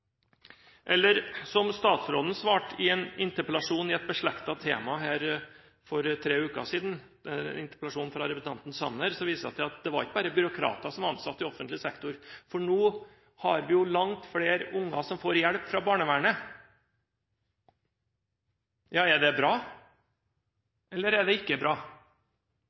Eller som statsråden svarte i en interpellasjon i et beslektet tema her for tre uker siden – en interpellasjon fra representanten Sanner – at det ikke bare var byråkrater som var ansatt i offentlig sektor, for nå var det langt flere unger som fikk hjelp fra barnevernet. Er det bra, eller er det ikke bra?